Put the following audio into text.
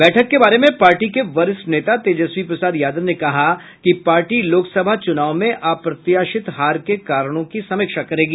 बैठक के बारे में पार्टी के वरिष्ठ नेता तेजस्वी प्रसाद यादव ने कहा कि पार्टी लोकसभा चुनाव में अप्रत्याशित हार के कारणों की समीक्षा करेगी